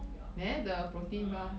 neh the protein bar